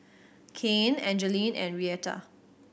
Cain Angeline and Reatha